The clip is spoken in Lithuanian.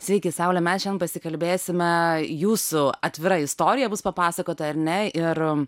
sveiki saule mes šian pasikalbėsime jūsų atvira istorija bus papasakota ar ne ir